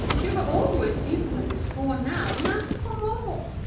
you have always eaten them before now and asked for more!